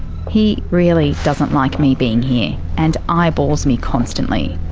he really doesn't like me being here and eyeballs me constantly.